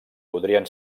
podrien